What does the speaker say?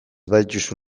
badituzu